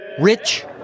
rich